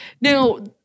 now